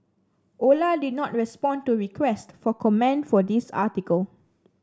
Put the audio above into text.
Ola did not respond to requests for comment for this article